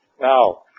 Now